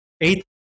Eight-